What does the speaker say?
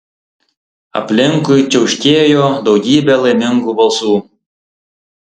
aplinkui čiauškėjo daugybė laimingų balsų